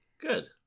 Good